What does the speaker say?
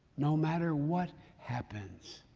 no matter what happens.